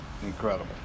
incredible